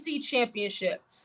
Championship